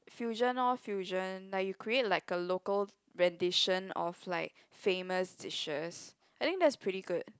fusion lor fusion like you create like a local rendition of like famous dishes I think that's pretty good